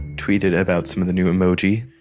tweeted about some of the new emoji.